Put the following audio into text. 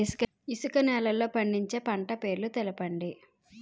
ఇసుక నేలల్లో పండించే పంట పేర్లు తెలపండి?